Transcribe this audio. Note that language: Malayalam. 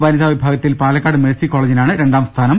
വ നിതാ വിഭാഗത്തിൽ പാലക്കാട് മേഴ്സി കോളജിനാണ് രണ്ടാം സ്ഥാനം